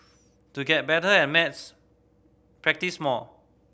to get better at maths practise more